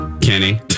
Kenny